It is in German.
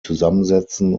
zusammensetzen